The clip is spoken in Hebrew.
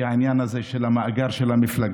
היא העניין הזה של המאגר של המפלגות.